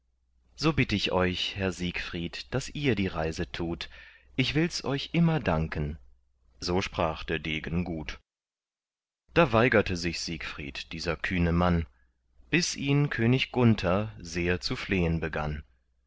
so bitt ich euch herr siegfried daß ihr die reise tut ich wills euch immer danken so sprach der degen gut da weigerte sich siegfried dieser kühne mann bis ihn könig gunther sehr zu flehen begann